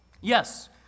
Yes